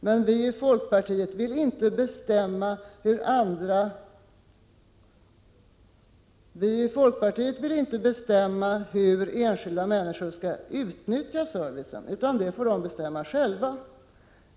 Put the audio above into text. Men vi i folkpartiet vill inte bestämma hur enskilda människor skall utnyttja servicen — det får de bestämma själva.